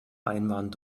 einwand